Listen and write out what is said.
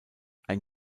ein